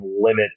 limit